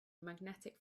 magnetic